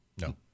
No